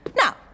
Now